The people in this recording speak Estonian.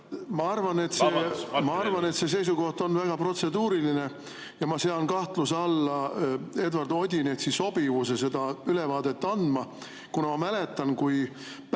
Ma arvan, et see seisukoht on väga protseduuriline. Ma sean kahtluse alla Eduard Odinetsi sobivuse seda ülevaadet anda, kuna ma mäletan, et pärast